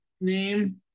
name